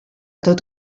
tot